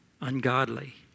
ungodly